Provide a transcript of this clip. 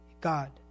God